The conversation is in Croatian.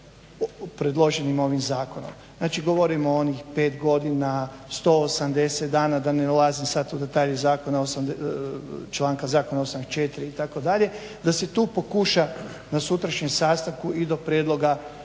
predloženim ovim zakonom, govorimo o onih pet godina, 18 dana da ne ulazim sad u detalje zakona članka zakona 84. itd, da se tu pokuša na sutrašnjem sastanku i do prijedloga